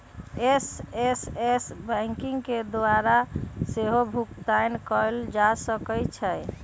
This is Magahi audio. एस.एम.एस बैंकिंग के द्वारा सेहो भुगतान कएल जा सकै छै